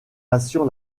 assure